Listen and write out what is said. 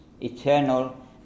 eternal